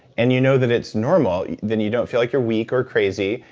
and you know that it's normal, then you don't feel like you're weak or crazy,